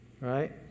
right